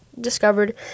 discovered